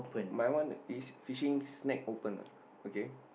my one is fishing snack open ah okay